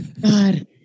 God